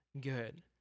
good